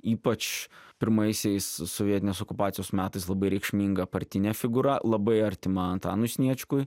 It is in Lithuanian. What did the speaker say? ypač pirmaisiais sovietinės okupacijos metais labai reikšminga partinė figūra labai artima antanui sniečkui